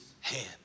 hand